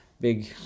big